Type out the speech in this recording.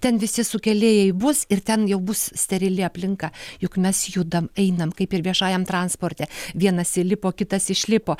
ten visi sukėlėjai bus ir ten jau bus sterili aplinka juk mes judam einam kaip ir viešajam transporte vienas įlipo kitas išlipo